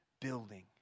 building